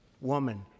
woman